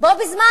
בו בזמן?